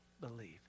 believe